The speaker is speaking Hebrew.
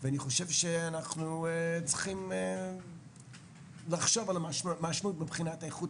חושב שאנחנו צריכים לחשוב על המשמעות מבחינת איכות